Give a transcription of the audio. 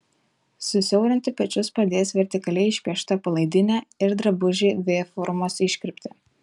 susiaurinti pečius padės vertikaliai išpiešta palaidinė ir drabužiai v formos iškirpte